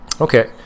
okay